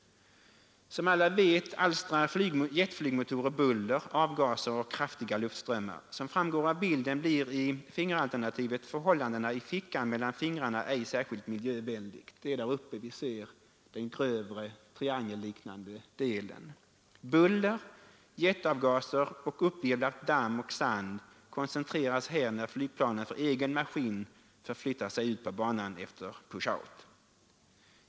Som alla vet alstrar jetflygmotorer buller, avgaser och kraftiga luftströmmar. Som framgår av bilden blir i fingeralternativet förhållandena i fickan mellan fingrarna ej särskilt miljövänliga. Buller, jetavgaser och damm och sand som virvlas upp koncentreras här när flygplanen för egen maskin förflyttar sig ut på banan efter ”push out”.